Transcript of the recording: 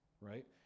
right